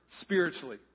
spiritually